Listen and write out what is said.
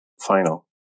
final